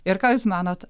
ir ką jūs manot